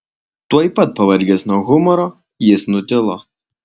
tuoj pat pavargęs nuo humoro jis nutilo